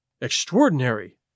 Extraordinary